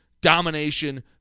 domination